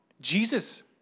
Jesus